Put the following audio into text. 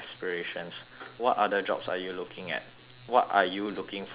what other jobs are looking at what are you looking for in a job